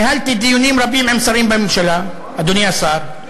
ניהלתי דיונים רבים עם שרים בממשלה, אדוני השר,